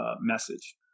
message